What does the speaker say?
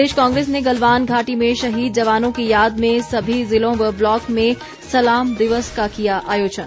प्रदेश कांग्रेस ने गलवान घाटी में शहीद जवानों की याद में सभी जिलों व ब्लॉक में सलाम दिवस का किया आयोजन